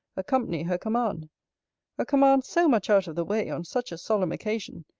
accompany her command a command so much out of the way, on such a solemn occasion!